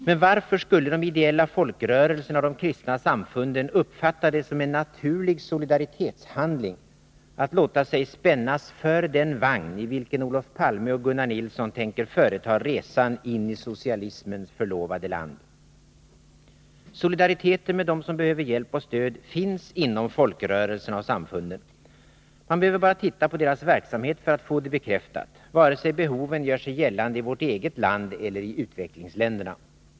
Men varför skulle de ideella folkrörelserna och de kristna samfunden uppfatta det som en naturlig solidaritetshandling att låta sig spännas för den vagn i vilken Olof Palme och Gunnar Nilsson tänker företa resan in i socialismens förlovade land? Solidariteten med dem som behöver hjälp och stöd finns inom folkrörelserna och samfunden. Man behöver bara titta på deras verksamhet för att få det bekräftat — vare sig behoven gör sig gällande i vårt eget land eller i utvecklingsländerna.